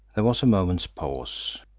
there was a moment's pause.